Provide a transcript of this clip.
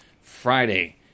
Friday